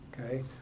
okay